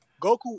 goku